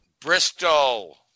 Bristol